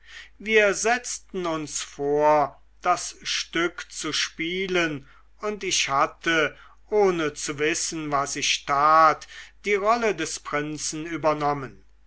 wir setzten uns vor das stück zu spielen und ich hatte ohne zu wissen was ich tat die rolle des prinzen übernommen